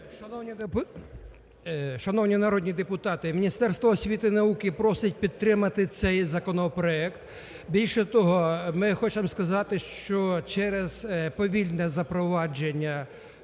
Шановні народні депутати! Міністерство освіти і науки просить підтримати цей законопроект. Більше того, ми хочемо сказати, що через повільне запровадження